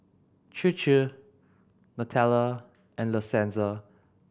Chir Chir Nutella and La Senza